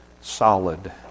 solid